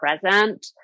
present